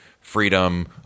Freedom